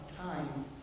time